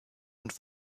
und